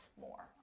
more